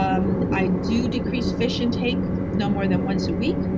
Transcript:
um i do decrease fish intake, no more than once a week,